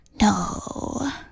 No